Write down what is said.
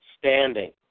standing